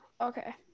okay